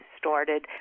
started